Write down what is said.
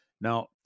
Now